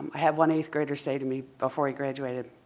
i had one eighth grader say to me before he graduated,